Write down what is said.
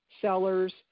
sellers